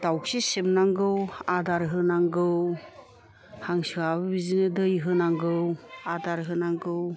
दावखि सिबनांगौ आदार होनांगौ हांसोआबो बिदिनो दै होनांगौ आदार होनांगौ